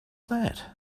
that